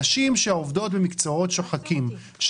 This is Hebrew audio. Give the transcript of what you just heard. נשים שעובדות במקצועות שוחקים,